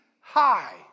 high